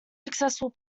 successful